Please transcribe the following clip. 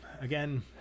again